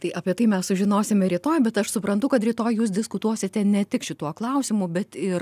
tai apie tai mes sužinosime rytoj bet aš suprantu kad rytoj jūs diskutuosite ne tik šituo klausimu bet ir